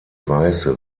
weiße